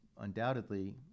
undoubtedly